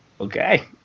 Okay